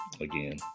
again